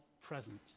present